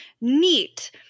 neat